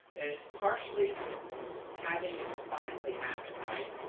it's partially having it finally happen. right?